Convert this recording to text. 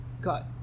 got